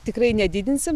tikrai nedidinsim